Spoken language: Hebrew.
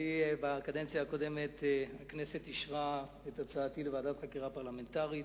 בקדנציה הקודמת הכנסת אישרה את הצעתי לוועדת חקירה פרלמנטרית,